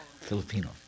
Filipino